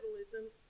capitalism